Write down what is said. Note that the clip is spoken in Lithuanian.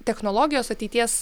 technologijos ateities